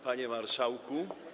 Panie Marszałku!